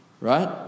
Right